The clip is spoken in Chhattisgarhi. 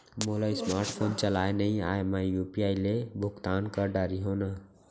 मोला स्मार्ट फोन चलाए नई आए मैं यू.पी.आई ले भुगतान कर डरिहंव न?